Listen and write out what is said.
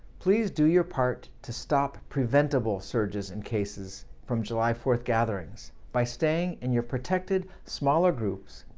please do your part to stop preventable surges in cases from july four gatherings, by staying in your protected smaller groups,